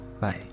Bye